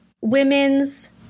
women's